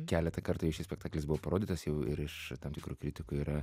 keletą kartų jau šis spektaklis buvo parodytas jau ir iš tam tikrų kritikų yra